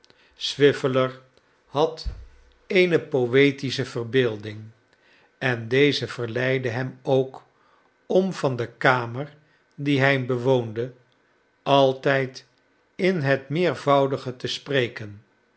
swiveller had eene poetische verbeelding en deze verleidde hem ook om van de kamer die hij bewoonde altijd in het meervoudige te spreken